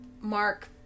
Mark